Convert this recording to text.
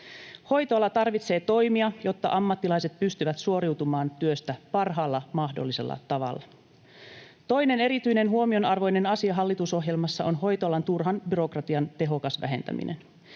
Hoitoala tarvitsee toimia, jotta ammattilaiset pystyvät suoriutumaan työstä parhaalla mahdollisella tavalla. Toinen erityinen, huomionarvoinen asia hallitusohjelmassa on hoitoalan turhan byrokratian tehokas vähentäminen.